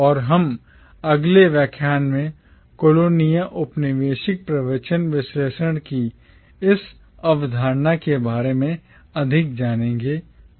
और हम अपने अगले व्याख्यान में colonia औपनिवेशिक प्रवचन विश्लेषण की इस अवधारणा के बारे में अधिक जानेंगे